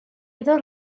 dos